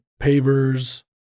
pavers